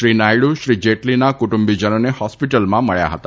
શ્રી નાયડુ શ્રી જેટલીના કુટુંબીજનોને હોસ્પીટલમાં મળ્યા હતા